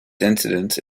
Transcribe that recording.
incidence